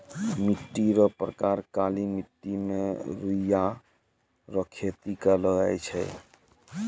मिट्टी रो प्रकार काली मट्टी मे रुइया रो खेती करलो जाय छै